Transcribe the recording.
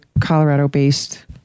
Colorado-based